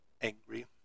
angry